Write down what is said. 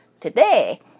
Today